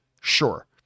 Sure